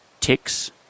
Ticks